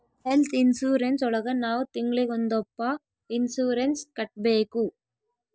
health insurance ಒಳಗ ನಾವ್ ತಿಂಗ್ಳಿಗೊಂದಪ್ಪ ಇನ್ಸೂರೆನ್ಸ್ ಕಟ್ಟ್ಬೇಕು